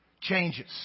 changes